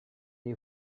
you